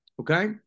Okay